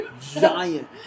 giant